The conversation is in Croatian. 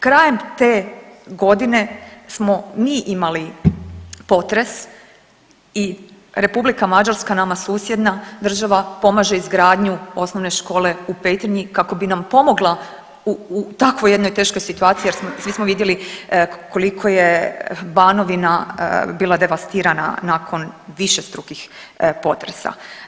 Krajem te godine smo mi imali potres i Republika Mađarska nama susjedna država pomaže izgradnju osnovne škole u Petrinji kako bi nam pomogla u takvoj jednoj teškoj situaciji jer smo, svi smo vidjeli koliko je Banovina bila devastirana nakon višestrukih potresa.